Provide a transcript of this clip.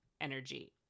energy